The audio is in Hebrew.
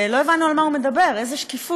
לא הבנו על מה הוא מדבר, איזו שקיפות?